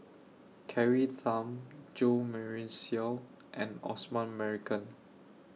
Carrie Tham Jo Marion Seow and Osman Merican